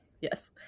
yes